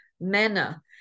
manner